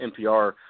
NPR